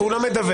הוא לא מדווח.